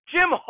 Jim